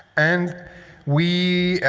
and we